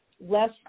less